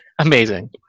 amazing